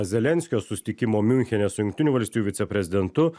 zelenskio susitikimo miunchene su jungtinių valstijų viceprezidentu